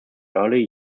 early